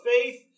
faith